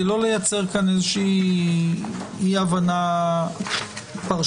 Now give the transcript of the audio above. לא לייצר כאן איזושהי אי הבנה פרשנית.